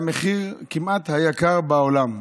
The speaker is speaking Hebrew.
וזה כמעט המחיר היקר בעולם.